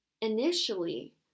initially